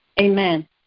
Amen